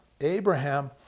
Abraham